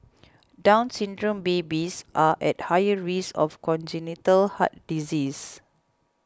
Down Syndrome babies are at higher risk of congenital heart diseases